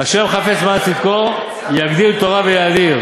ה' חפץ למען צדקו יגדיל תורה ויאדיר.